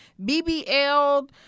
BBL